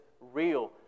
real